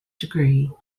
degree